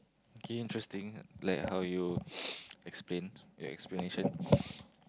K interesting like how you explain your explanation